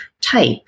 type